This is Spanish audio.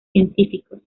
científicos